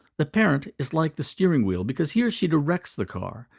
the parent is like the steering wheel because he or she directs the car,